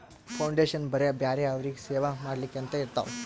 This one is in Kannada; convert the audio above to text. ಫೌಂಡೇಶನ್ ಬರೇ ಬ್ಯಾರೆ ಅವ್ರಿಗ್ ಸೇವಾ ಮಾಡ್ಲಾಕೆ ಅಂತೆ ಇರ್ತಾವ್